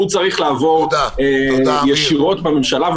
צריך לעבור ישירות בממשלה.